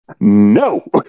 No